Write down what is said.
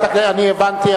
אני הבנתי,